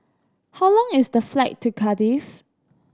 how long is the flight to Cardiff